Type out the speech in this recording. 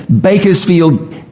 Bakersfield